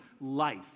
Life